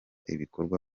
ibikorwa